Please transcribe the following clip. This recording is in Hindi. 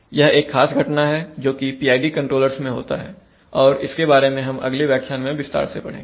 यह एक खास घटना है जो PID कंट्रोलर्स मैं होता है और इसके बारे में हम अगले व्याख्यान में विस्तार से देखेंगे